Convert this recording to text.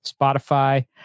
Spotify